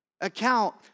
account